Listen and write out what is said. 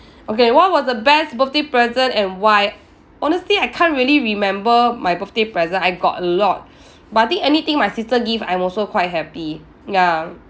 okay what was the best birthday present and why honestly I can't really remember my birthday present I got a lot but I think anything my sister give I'm also quite happy ya